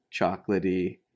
chocolatey